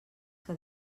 que